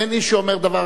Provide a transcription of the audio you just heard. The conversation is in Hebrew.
אני קובע שהצעת החוק עברה